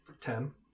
Ten